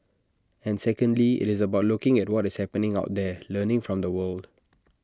and secondly IT is about looking at what is happening out there learning from the world